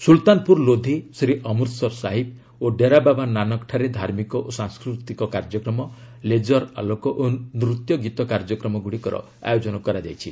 ସୁଲତାନପୁର ଲୋଧି ଶ୍ରୀ ଅମୃତସର ସାହିବ ଓ ଡେରାବାବା ନାନକଠାରେ ଧାର୍ମିକ ଓ ସାଂସ୍କୃତିକ କାର୍ଯ୍ୟକ୍ରମ ଲେଜର ଆଲୋକ ଓ ନୃତ୍ୟଗୀତ କାର୍ଯ୍ୟକ୍ରମଗୁଡ଼ିକର ଆୟୋଜନ କରାଯାଇଛି